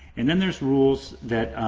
and then there's rules.